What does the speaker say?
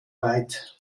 weit